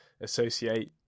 associate